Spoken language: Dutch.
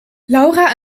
laura